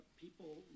people